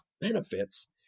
benefits